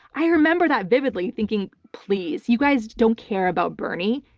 i remember that vividly thinking, please, you guys don't care about bernie,